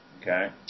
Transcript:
Okay